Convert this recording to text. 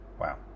Wow